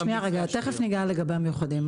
שנייה, תכף ניגע לגבי המיוחדים.